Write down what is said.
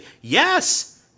yes